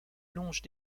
longe